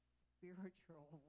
spiritual